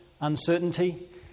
uncertainty